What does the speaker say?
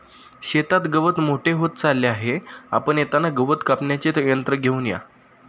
शेतात गवत मोठे होत चालले आहे, आपण येताना गवत कापण्याचे यंत्र घेऊन या